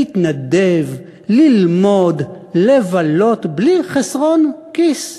להתנדב, ללמוד, לבלות בלי חסרון כיס.